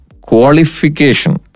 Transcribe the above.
qualification